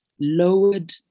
lowered